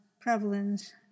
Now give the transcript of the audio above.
prevalence